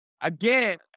again